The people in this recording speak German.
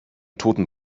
toten